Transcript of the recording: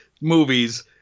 movies